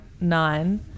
nine